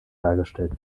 dargestellt